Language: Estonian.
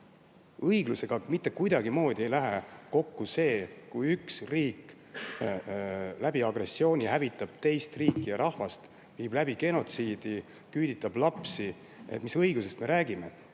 ei lähe mitte kuidagimoodi kokku see, kui üks riik agressiooni kaudu hävitab teist riiki ja rahvast, viib läbi genotsiidi, küüditab lapsi. Mis õiglusest me räägime?